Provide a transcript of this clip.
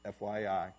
FYI